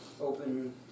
open